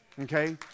Okay